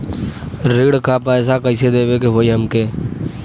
ऋण का पैसा कइसे देवे के होई हमके?